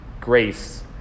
grace